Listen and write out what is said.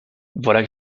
voilà